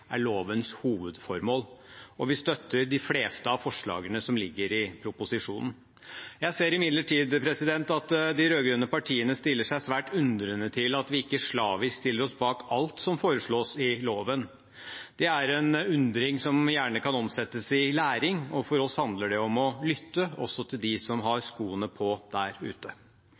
er lovens hovedformål. Vi støtter også de fleste av forslagene som ligger inne i proposisjonen. Jeg ser imidlertid at de rød-grønne partiene stiller seg svært undrende til at vi ikke slavisk stiller oss bak alt som foreslås i loven. Det er en undring som gjerne kan omsettes i læring, og for oss handler det om å lytte også til dem som har skoene på der ute.